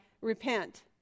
repent